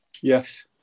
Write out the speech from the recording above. Yes